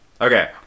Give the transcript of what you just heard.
Okay